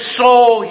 soul